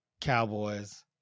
cowboys